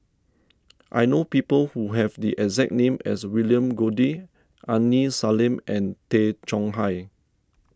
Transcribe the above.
I know people who have the exact name as William Goode Aini Salim and Tay Chong Hai